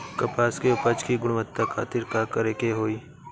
कपास के उपज की गुणवत्ता खातिर का करेके होई?